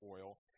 oil